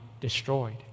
destroyed